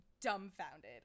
dumbfounded